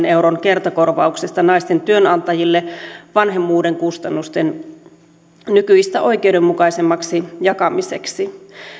euron kertakorvauksesta naisten työnantajille vanhemmuuden kustannusten nykyistä oikeudenmukaisemmaksi jakamiseksi